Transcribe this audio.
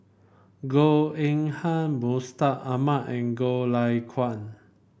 Goh Eng Han Mustaq Ahmad and Goh Lay Kuan